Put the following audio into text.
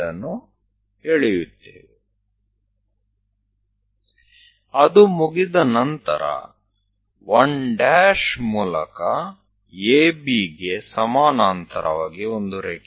એકવાર તે થઈ જાય છે ત્યારબાદ 1 માંથી AB ને સમાંતર એક લીટી દોરો